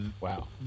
Wow